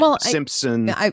Simpson